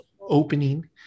opening